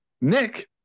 Nick